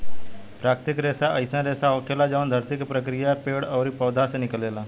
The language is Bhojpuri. प्राकृतिक रेसा अईसन रेसा होखेला जवन धरती के प्रक्रिया से पेड़ ओरी पौधा से निकलेला